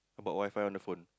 about Wi-Fi on the phone